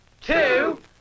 two